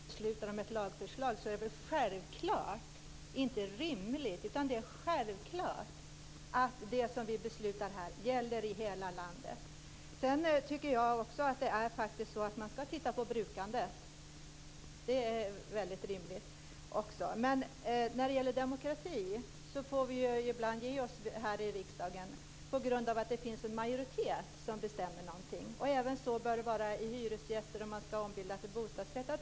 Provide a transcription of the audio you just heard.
Fru talman! När vi sitter här i riksdagen, Helena Hillar Rosenqvist, och beslutar om ett lagförslag är det väl självklart, inte rimligt utan självklart att det vi beslutar gäller i hela landet. Sedan tycker jag faktiskt också att man skall titta på brukandet. Det är mycket rimligt. Men när det gäller demokrati får vi ibland ge oss här i riksdagen på grund av att det finns en majoritet som bestämmer någonting. Så bör det även vara när det gäller om man skall ombilda hyresrätter till bostadsrätter.